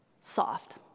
soft